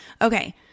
Okay